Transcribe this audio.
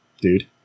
Dude